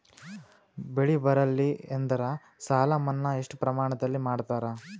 ಬೆಳಿ ಬರಲ್ಲಿ ಎಂದರ ಸಾಲ ಮನ್ನಾ ಎಷ್ಟು ಪ್ರಮಾಣದಲ್ಲಿ ಮಾಡತಾರ?